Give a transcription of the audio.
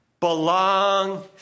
Belong